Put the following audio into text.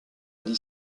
ali